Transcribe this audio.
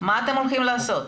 מה אתם הולכים לעשות?